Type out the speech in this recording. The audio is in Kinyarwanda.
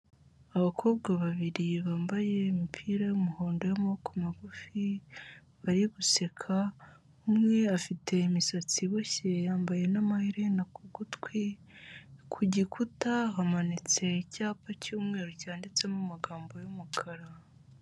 Abakobwa babiri bambaye imipira y'umuhondo y'amaboko magufi bari guseka, umwe afite imisatsi iboshye yambaye n'amaherena ku gutwi, ku gikuta hamanitse icyapa cy'umweru cyanditsemo amagambo y'umukara.